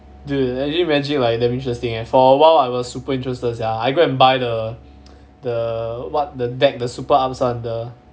dude actually magic like damn interesting eh for a while I was super interested sia I go and buy the the what the deck the super upz one the